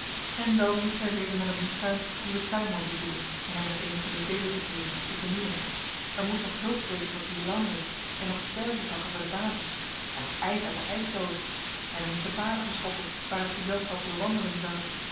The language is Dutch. en dan liep zij weder naar den moestuin om den tuinman te zoeken en hem nog eenige bevelen te geven of te vernieuwen er moest nog hulst wezen voor guirlandes en nog spergetakken voor de vazen en nog ijs uit den ijskelder en er moesten paden geschoffeld waar het gezelschap door wandelen zou